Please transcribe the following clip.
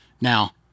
Now